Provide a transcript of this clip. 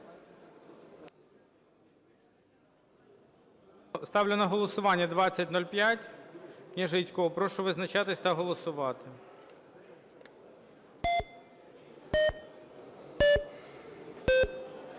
Ставлю на голосування 2005 Княжицького. Прошу визначатись та голосувати.